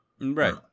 Right